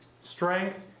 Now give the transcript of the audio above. strength